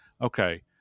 okay